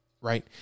right